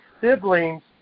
siblings